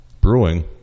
brewing